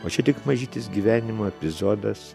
o čia tik mažytis gyvenimo epizodas